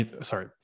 sorry